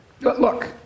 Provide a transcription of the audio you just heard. look